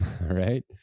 right